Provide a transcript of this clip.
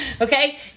Okay